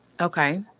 Okay